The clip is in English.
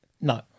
No